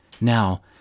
Now